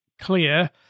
clear